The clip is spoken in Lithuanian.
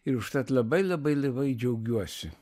ir užtat labai labai labai džiaugiuosi